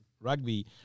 rugby –